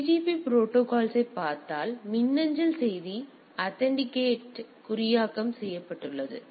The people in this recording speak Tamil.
எனவே அந்த பிஜிபி ப்ரோடோகால்யைப் பார்த்தால் எனவே மின்னஞ்சல் செய்தி ஆதண்டை கேடட் குறியாக்கம் செய்யப்படுகிறது